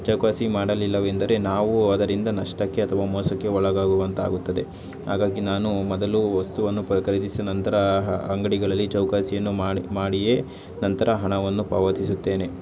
ಚೌಕಾಸಿ ಮಾಡಲಿಲ್ಲವೆಂದರೆ ನಾವು ಅದರಿಂದ ನಷ್ಟಕ್ಕೆ ಅಥವಾ ಮೋಸಕ್ಕೆ ಒಳಗಾಗುವಂತಾಗುತ್ತದೆ ಹಾಗಾಗಿ ನಾನು ಮೊದಲು ವಸ್ತುವನ್ನು ಪ ಖರೀದಿಸಿದ ನಂತರ ಅಂಗಡಿಗಳಲ್ಲಿ ಚೌಕಾಸಿಯನ್ನು ಮಾಡಿ ಮಾಡಿಯೇ ನಂತರ ಹಣವನ್ನು ಪಾವತಿಸುತ್ತೇನೆ